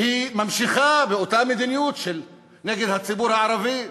והיא ממשיכה באותה מדיניות נגד הציבור הערבי.